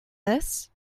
this